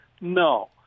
no